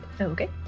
okay